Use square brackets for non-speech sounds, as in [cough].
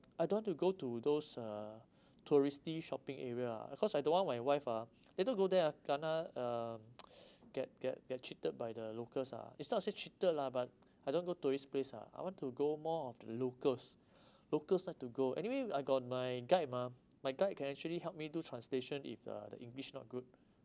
I don't want to go to those uh touristy shopping area ah cause I don't want my wife ah later go there ah gonna uh [breath] get get get cheated by the locals ah it's not to say cheated lah but I don't go tourist place ah I want to go more of the locals [breath] locals are to go anyway I got my guide ah my guide can actually help me do translation if uh the english not good